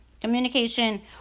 communication